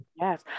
yes